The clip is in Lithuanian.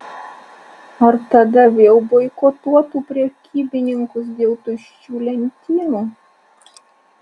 ar tada vėl boikotuotų prekybininkus dėl tuščių lentynų